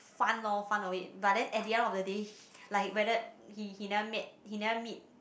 fun lor fun of it but then at the end of the day like he he never met he never meet